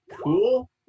cool